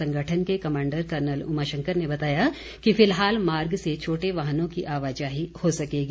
संगठन के commander colonel Umashankar ने बताया कि फिलहाल मार्ग से छोटे वाहनों की आवाजाही हो सकेगी